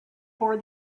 for